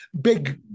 big